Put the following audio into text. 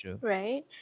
Right